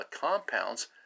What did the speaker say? compounds